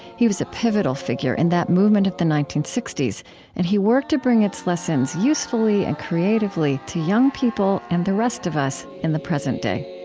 he was a pivotal figure in that movement of the nineteen sixty s and he worked to bring its lessons usefully and creatively to young people and the rest of us in the present day